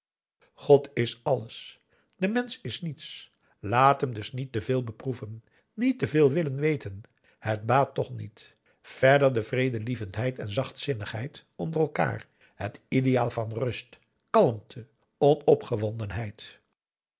god is alles de mensch is niets laat hem dus niet te veel beproeven niet te veel willen weten het baat toch niet verder aum boe akar eel vredelievendheid en zachtzinnigheid onder elkaar het ideaal van rust